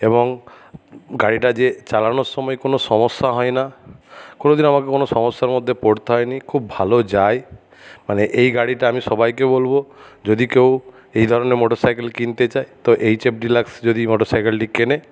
এবং গাড়িটা যে চালানোর সময় কোনো সমস্যা হয় না কোনো দিনও আমাকে কোনো সমস্যার মধ্যে পড়তে হয়নি খুব ভালো যায় মানে এই গাড়িটা আমি সবাইকে বলবো যদি কেউ এই ধরণের মোটর সাইকেল কিনতে চায় তো এইচ এফ ডিলাক্স যদি মোটর সাইকেলটি কেনে